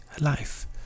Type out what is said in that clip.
life